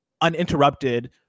uninterrupted